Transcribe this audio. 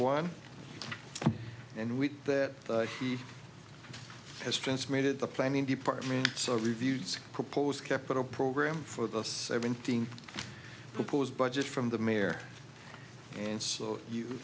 one and we that he has transmitted the planning department so reviewed proposed capital program for the seventeen proposed budget from the mayor and so you